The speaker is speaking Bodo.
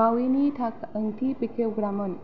भावेनि ओंथि बेखेवग्रामोन